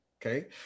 Okay